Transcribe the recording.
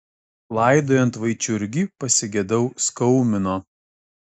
laidojant vaičiurgį pasigedau skaumino